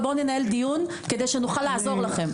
אבל בואו ננהל דיון כדי שנוכל לעזור לכם.